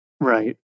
Right